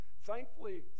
thankfully